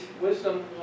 wisdom